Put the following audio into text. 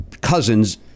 cousins